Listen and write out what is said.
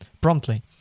promptly